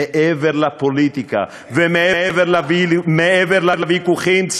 מעבר לפוליטיקה, ומעבר לוויכוחים,